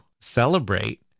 celebrate